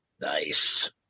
Nice